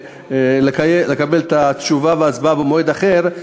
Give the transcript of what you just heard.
לקבל את התשובה וההצבעה במועד אחר,